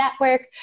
network